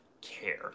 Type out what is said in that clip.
care